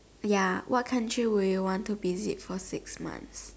ya what country would you want to visit for six months